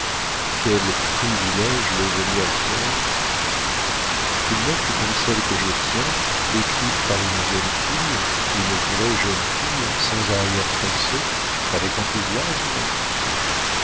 quel privilége le génie acquiert une lettre comme celle que je tiens écrite par une jeune fille une vraie jeune fille sans arrière-pensée avec enthousiasme